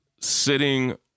sitting